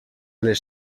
les